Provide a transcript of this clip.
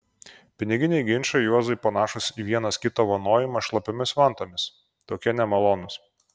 piniginiai ginčai juozui panašūs į vienas kito vanojimą šlapiomis vantomis tokie nemalonūs